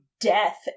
death